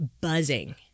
buzzing